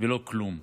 ולא כלום.